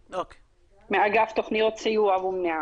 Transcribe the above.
מאגף תכניות סיוע ומניעה.